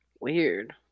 weird